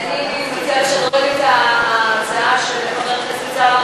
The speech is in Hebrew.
אני מציעה שנוריד את ההצעה של חבר הכנסת סולומון